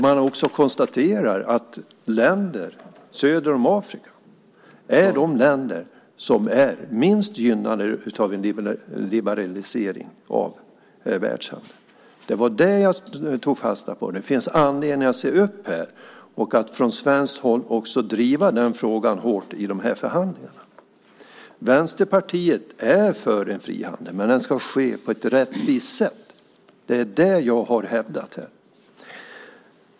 Man konstaterar i rapporten att länder söder om Sahara är de länder som är minst gynnade av en liberalisering av världshandeln. Det var det jag tog fasta på. Det finns anledning att se upp här och att från svenskt håll driva frågan hårt i förhandlingarna. Vänsterpartiet är för frihandel, men den ska ske på ett rättvist sätt. Det är det jag har hävdat här.